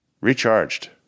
Recharged